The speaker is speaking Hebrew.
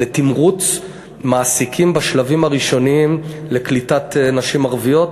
לתמרוץ מעסיקים בשלבים הראשונים של קליטת נשים ערביות.